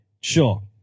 Sure